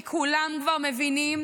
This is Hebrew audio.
כי כולם כבר מבינים